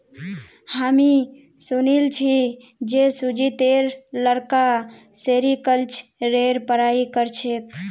हामी सुनिल छि जे सुजीतेर लड़का सेरीकल्चरेर पढ़ाई कर छेक